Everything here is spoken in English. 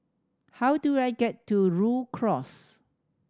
how do I get to Rhu Cross